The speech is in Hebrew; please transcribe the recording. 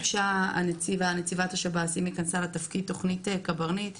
עם הכנסה לתפקיד,